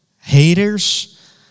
haters